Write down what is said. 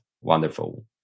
Wonderful